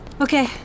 Okay